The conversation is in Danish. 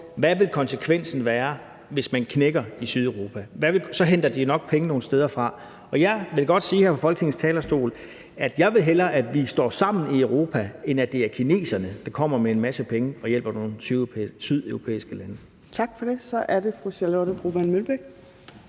hvad konsekvensen vil være, hvis man knækker i Sydeuropa. Så henter de nok penge nogle andre steder fra, og jeg vil godt sige her fra Folketingets talerstol, at jeg hellere vil, at vi står sammen i Europa, end at det er kineserne, der kommer med en masse penge og hjælper nogle sydeuropæiske lande. Kl. 16:07 Fjerde næstformand (Trine Torp):